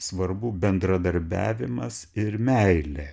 svarbu bendradarbiavimas ir meilė